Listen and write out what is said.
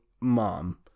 mom